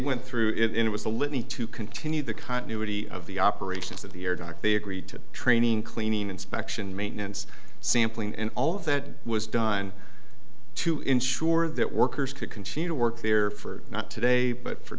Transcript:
went through it it was a litany to continue the continuity of the operations of the air duct they agreed to training cleaning inspection maintenance sampling and all of that was done to ensure that workers could continue to work there for not today but for